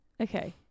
Okay